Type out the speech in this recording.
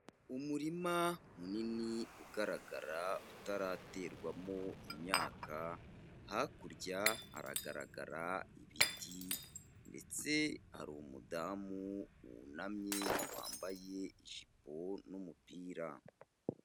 Umurima munini ugaragara utaraterwamo imyaka, hakurya haragaragara ibiti ndetse hari umudamu wunamye wambaye ijipo n'umupira.